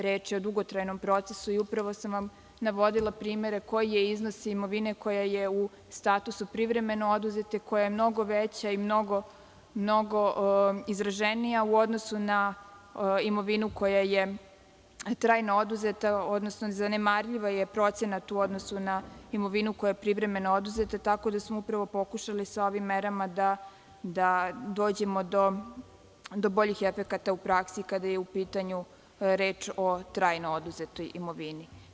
Reč je o dugotrajnom procesu i upravo sam navodila primere koji je iznos imovine koja je u statusu privremeno oduzete, koja je mnogo veća i mnogo izraženija u odnosu na imovinu koja je trajno oduzeta, odnosno zanemarljiv je procenat u odnosu na imovinu koja je privremeno oduzeta, tako da smo upravo pokušali sa ovim merama da dođemo do boljih efekata u praksi, kada je u pitanju reč o trajno oduzetoj imovini.